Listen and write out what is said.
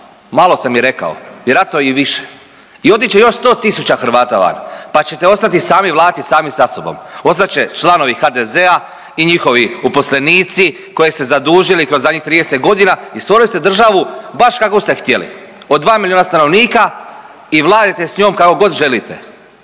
malo sam i rekao, vjerojatno i više i otići će još 100 tisuća Hrvata van, pa ćete ostati sami i vladati sami sa sobom, ostat će članovi HDZ-a i njihovi uposlenici koje ste zadužili kroz zadnjih 30.g. i stvorili ste državu baš kakvu ste htjeli od 2 milijuna stanovnika i vladajte s njom kako god želite,